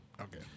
Okay